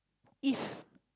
if